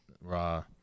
raw